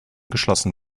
geschlossen